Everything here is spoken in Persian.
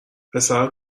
پسرا